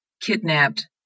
kidnapped